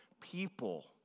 people